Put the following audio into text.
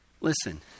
Listen